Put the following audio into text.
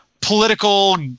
political